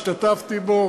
השתתפתי בו.